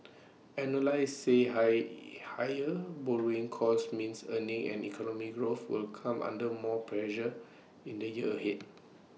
analysts say high higher borrowing costs means earnings and economic growth will come under more pressure in the year ahead